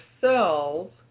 cells